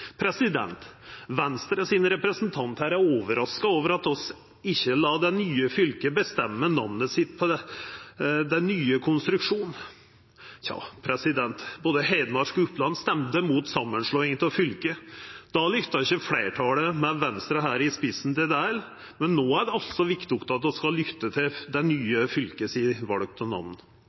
representant her er overraska over at vi ikkje lèt det nye fylket bestemma namnet på den nye konstruksjonen. Tja, både Hedmark og Oppland røysta mot samanslåinga av fylka. Fleirtalet – med Venstre i spissen – lytta heller ikkje til det, men no er det altså viktig at vi skal lytta til det nye fylket sitt val av namn.